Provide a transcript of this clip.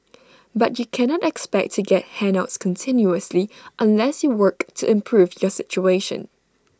but you cannot expect to get handouts continuously unless you work to improve your situation